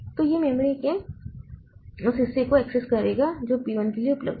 तो यह मेमोरी के उस हिस्से को एक्सेस करेगा जो P 1 के लिए उपलब्ध है